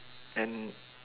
and